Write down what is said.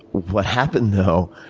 what happened though,